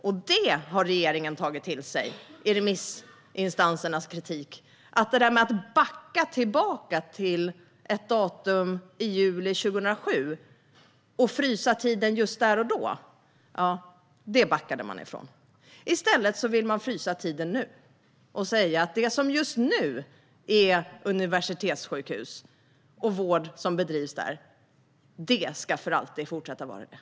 Och detta har regeringen tagit till sig av remissinstansernas kritik: Det där med att backa till ett datum i juli 2007 och frysa tiden just där och då - det backade man ifrån. I stället vill man frysa tiden nu. Man vill säga att det som just nu är universitetssjukhus och universitetssjukvård för alltid ska fortsätta att vara det.